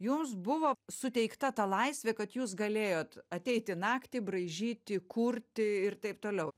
jums buvo suteikta ta laisvė kad jūs galėjot ateiti naktį braižyti kurti ir taip toliau